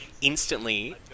Instantly